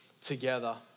together